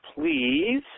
please